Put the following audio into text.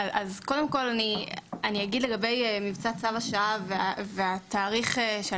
קודם כל אני אגיד לגבי מבצע צו השעה והתאריך של